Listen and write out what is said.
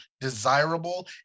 desirable